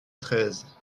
treize